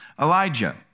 Elijah